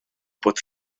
bod